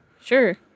Sure